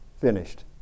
Finished